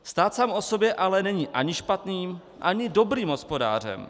Stát sám o sobě ale není ani špatným ani dobrým hospodářem.